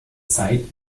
zeit